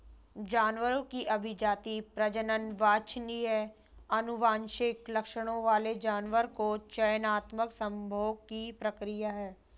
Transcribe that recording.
जानवरों की अभिजाती, प्रजनन वांछनीय आनुवंशिक लक्षणों वाले जानवरों के चयनात्मक संभोग की प्रक्रिया है